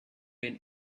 been